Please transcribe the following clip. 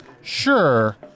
Sure